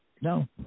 No